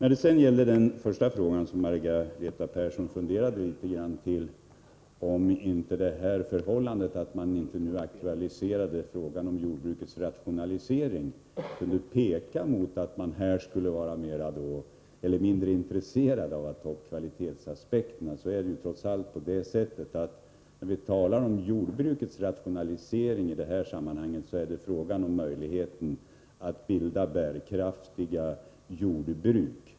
Beträffande Margareta Perssons första fråga, om det förhållandet att jordbrukets rationalisering inte nu aktualiserats, kunde innebära ett bristande intresse för kvalitetsaspekterna vill jag säga att när vi talar om jordbrukets rationalisering i det här sammanhanget så är det fråga om möjligheten att bilda bärkraftiga jordbruk.